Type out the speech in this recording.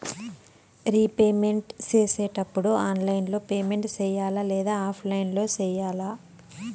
repayment సేసేటప్పుడు online లో payment సేయాలా లేదా ఆఫ్లైన్ లో సేయాలా